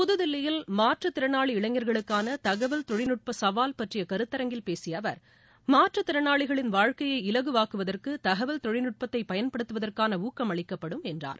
புதுதில்லியில் மாற்றுத்திறனாளி இளைஞர்களுக்கான தகவல் தொழில்நுட்ப சவால் பற்றிய கருத்தரங்கில் பேசிய அவர் மாற்றுத்திறனாளிகளின் வாழ்க்கையை இலகுவாக்குவதற்கு தகவல் தொழில்நுட்பத்தை பயன்படுத்துவதற்கான ஊக்கம் அளிக்கப்படும் என்றார்